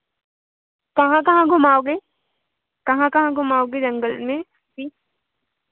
कहाँ कहाँ घुमाओगे कहाँ कहाँ घुमाओगे जंगल में